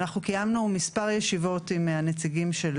אנחנו קיימנו מספר ישיבות עם הנציגים של